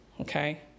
Okay